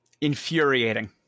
infuriating